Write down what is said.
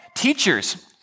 Teachers